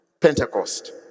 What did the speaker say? Pentecost